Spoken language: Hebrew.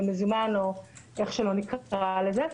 במזומן או איך שלא נקרא לזה.